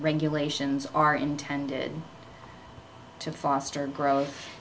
regulations are intended to foster gro